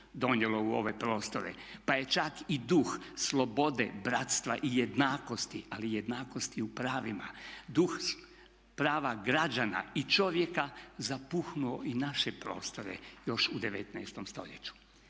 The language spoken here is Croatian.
donijelo u ove prostore, pa je čak i duh slobode, bratstva i jednakosti, ali jednakosti u pravima, duh prava građana i čovjeka zapuhnuo i naše prostore još u 19 st.